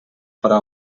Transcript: farà